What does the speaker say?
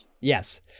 Yes